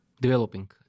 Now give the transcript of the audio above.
developing